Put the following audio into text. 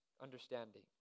understanding